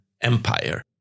empire